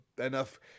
enough